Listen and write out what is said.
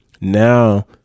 now